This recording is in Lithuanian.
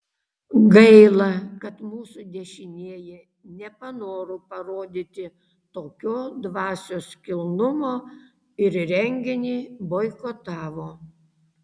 gaila kad mūsų dešinieji nepanoro parodyti tokio dvasios kilnumo ir renginį boikotavo